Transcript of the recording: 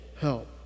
help